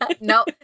No